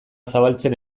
zabaltzen